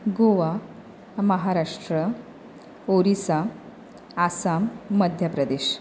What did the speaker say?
Goa Maharashtra Orissa Assam Madhya Pradesh